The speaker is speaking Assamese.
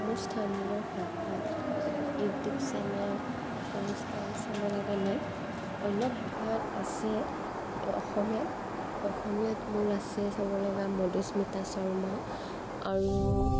মোৰ স্থানীয় ভাষাত ইউটিউব চেনেল অনুষ্ঠান চাব লগা নাই অন্য ভাষাত আছে অসমীয়াত অসমীয়াত মোৰ আছে চাব লগা মধুস্মিতা শৰ্মা আৰু